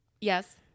yes